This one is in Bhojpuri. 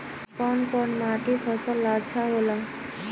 कौन कौनमाटी फसल ला अच्छा होला?